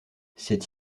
cette